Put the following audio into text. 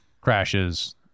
crashes